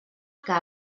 que